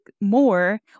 more